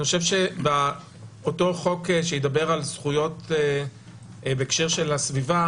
אני חושב שבאותו חוק שידבר על זכויות בהקשר של הסביבה,